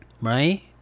right